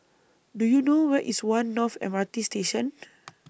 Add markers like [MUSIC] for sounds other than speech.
Do YOU know Where IS one North M R T Station [NOISE] [NOISE]